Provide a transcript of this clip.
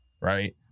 right